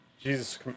Jesus